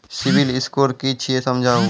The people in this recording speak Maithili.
सिविल स्कोर कि छियै समझाऊ?